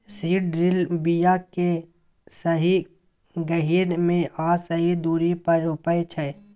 seed drill बीया केँ सही गहीर मे आ सही दुरी पर रोपय छै